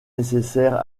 nécessaires